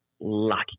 lucky